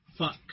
Fuck